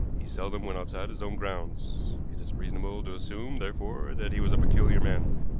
he seldom went outside his own grounds. it is reasonable to assume, therefore, that he was a peculiar man.